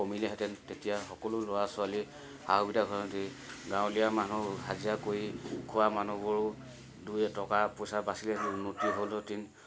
কমিলেহেঁতেন তেতিয়া সকলো ল'ৰা ছোৱালী সা সুবিধা হোৱাহেঁতেন গাঁৱলীয়া মানুহ হাজিৰা কৰি খোৱা মানুহবোৰো দুই এটকা পইচা বাচিলেহেঁতেন উন্নতি হ'লহেঁতেন